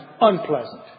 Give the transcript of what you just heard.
unpleasant